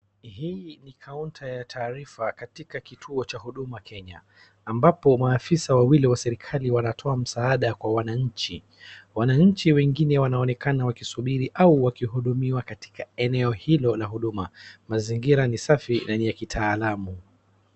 Hii ni counter ya taarifa katika kituo cha huduma Kenya ambapo waafisa wawili wa serikali wanatoa msaada kwa wananchi. Wanachi wengine wanaonekana wakisubiri au wakihudumiwa katika eneo hilo la huduma. Mazingira ni safi na ni ya kitaalamu.